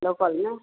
local न